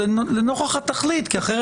אני נותן את הדוגמה של הרכב כי חבריי